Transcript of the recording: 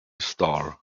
star